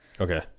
okay